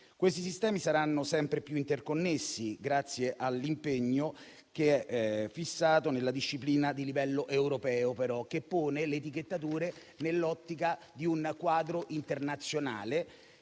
Questi sistemi saranno sempre più interconnessi grazie all'impegno fissato nella disciplina di livello europeo, che pone le etichettature nell'ottica di un quadro internazionale,